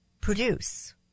produce